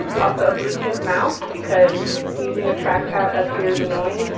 also a bluetooth mouse because using a track pad up here is annoying.